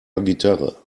gitarre